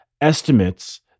estimates